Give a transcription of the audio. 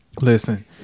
Listen